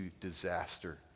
disaster